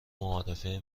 معارفه